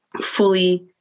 fully